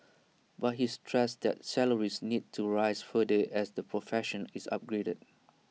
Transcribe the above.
but he stressed that salaries need to rise further as the profession is upgraded